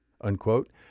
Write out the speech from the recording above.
unquote